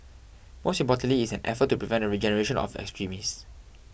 most importantly it's an effort to prevent a regeneration of extremists